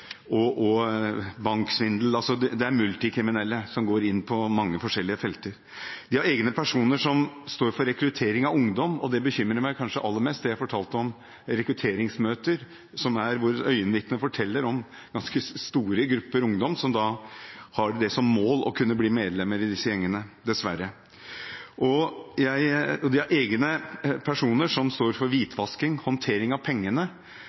og banksvindel. Det er altså multikriminelle som går inn på mange forskjellige felter. De har egne personer som står for rekruttering av ungdom, og det bekymrer meg kanskje aller mest, det jeg fortalte om rekrutteringsmøter hvor øyenvitner forteller om ganske store grupper ungdom som har som mål å bli medlem i disse gjengene – dessverre. De har egne personer som står for hvitvasking, håndtering av pengene.